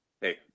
hey